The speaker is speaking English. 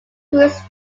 crews